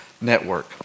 network